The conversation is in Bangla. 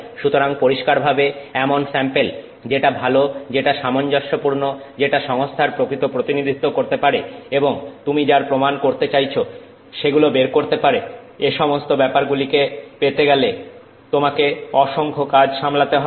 সুতরাং পরিষ্কারভাবে এমন স্যাম্পেল যেটা ভালো যেটা সামঞ্জস্যপূর্ণ যেটা সংস্থার প্রকৃত প্রতিনিধিত্ব করতে পারে এবং তুমি যার প্রমাণ করতে চাইছ সেগুলো বের করতে পারে এসমস্ত ব্যাপারগুলি পেতে গেলে তোমাকে অসংখ্য কাজ সামলাতে হবে